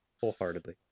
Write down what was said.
wholeheartedly